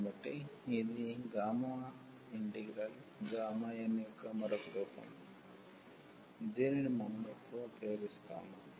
కాబట్టి ఇది ఈ గామా ఇంటిగ్రల్ n యొక్క మరొక రూపం దీనిని మనం ఇప్పుడు ఉపయోగిస్తాము